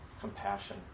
compassion